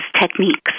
techniques